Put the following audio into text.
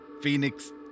Phoenix